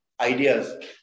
ideas